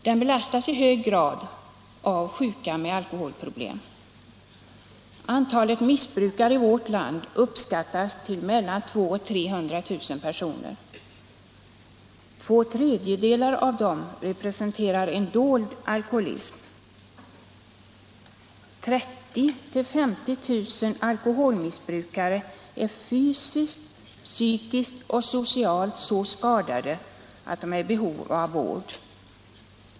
Den belastas i hög grad av sjuka med alkoholproblem. Antalet missbrukare i vårt land uppskattas till 200 000-300 000 personer. Två tredjedelar av dem representerar en dold alkoholism. 30 000-50 000 av alkoholmissbrukarna är fysiskt, psykiskt och socialt så skadade att de är i behov av vård.